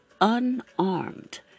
unarmed